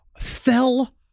fell